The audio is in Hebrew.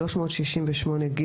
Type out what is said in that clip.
368ג